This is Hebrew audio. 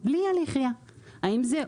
בלי הליך RIA. האם זה,